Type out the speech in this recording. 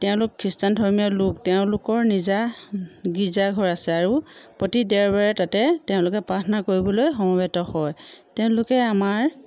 তেওঁলোক খ্ৰীষ্টানধৰ্মীয় লোক তেওঁলোকৰ নিজা গীৰ্জাঘৰ আছে আৰু প্ৰতি দেওবাৰে তাতে তেওঁলোকে প্ৰাৰ্থনা কৰিবলৈ সমবেত হয় তেওঁলোকে আমাৰ